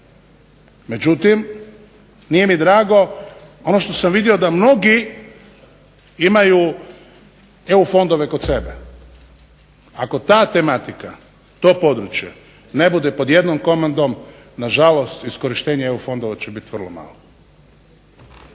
međutim nije mi drago ono što sam vidio da mnogi imaju EU fondove kod sebe. Ako ta tematika, to područje ne bude pod jednom komandom nažalost iskorištenje EU fondova će biti vrlo malo.